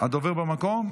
הדובר במקום?